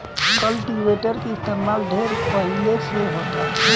cultivator के इस्तमाल ढेरे पहिले से होता